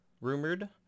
rumored